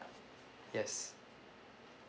yes